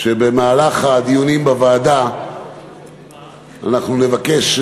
שבמהלך הדיונים בוועדה אנחנו נבקש,